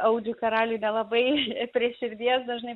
audriui karaliui nelabai prie širdies dažnai